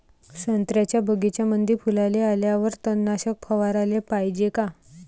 संत्र्याच्या बगीच्यामंदी फुलाले आल्यावर तननाशक फवाराले पायजे का?